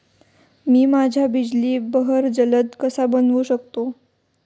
मी माझ्या बिजली बहर जलद कसा बनवू शकतो?